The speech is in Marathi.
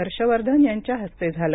हर्षवर्धन यांच्या हस्ते झालं